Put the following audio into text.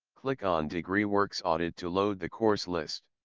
click on degreeworks audit to load the course list.